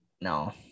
no